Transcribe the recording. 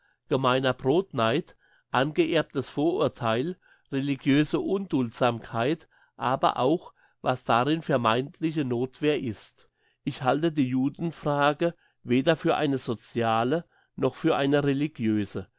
gemeiner brotneid angeerbtes vorurtheil religiöse unduldsamkeit aber auch was darin vermeintliche nothwehr ist ich halte die judenfrage weder für eine sociale noch für eine